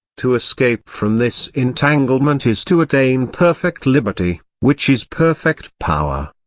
to escape from this entanglement is to attain perfect liberty, which is perfect power.